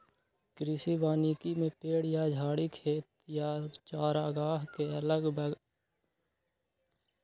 कृषि वानिकी में पेड़ या झाड़ी खेत या चारागाह के अगल बगल उगाएल जाई छई